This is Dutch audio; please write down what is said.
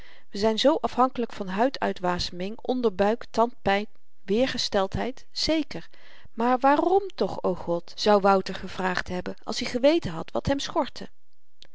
we zyn zoo afhankelyk van huiduitwaseming onderbuik tandpyn weersgesteldheid zeker maar waarom toch o god zou wouter gevraagd hebben als i geweten had wat hem